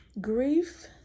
Grief